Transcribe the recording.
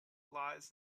lies